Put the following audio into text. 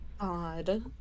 god